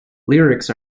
lyrics